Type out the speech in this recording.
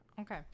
Okay